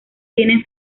tienen